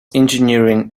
engineering